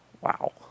Wow